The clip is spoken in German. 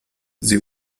sie